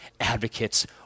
advocate's